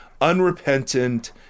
unrepentant